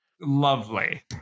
lovely